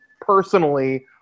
personally